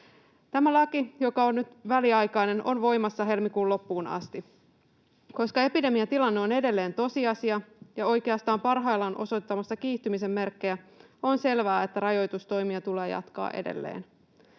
Tämä laki, joka on nyt väliaikainen, on voimassa helmikuun loppuun asti. Koska epidemiatilanne on edelleen tosiasia ja oikeastaan parhaillaan osoittamassa kiihtymisen merkkejä, on selvää, että rajoitustoimia tulee jatkaa edelleen.